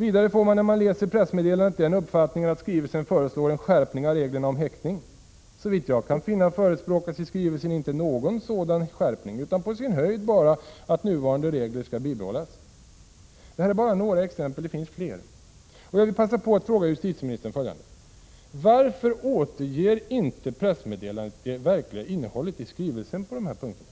Vidare får man när man läser pressmeddelandet uppfattningen att det i skrivelsen föreslås en skärpning av reglerna om häktning. Såvitt jag kan finna förespråkas i skrivelsen inte någon sådan skärpning, utan på sin höjd bara att de nuvarande reglerna skall behållas. Det här är bara några exempel. Det finns fler. Jag vill passa på att fråga justitieministern följande. Varför återger inte pressmeddelandet det verkliga innehållet i skrivelsen på de här punkterna?